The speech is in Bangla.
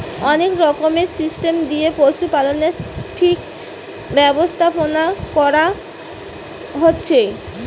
অনেক রকমের সিস্টেম দিয়ে পশুপালনের ঠিক ব্যবস্থাপোনা কোরা হচ্ছে